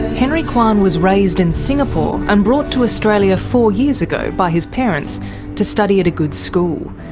henry kwan was raised in singapore and brought to australia four years ago by his parents to study at a good school.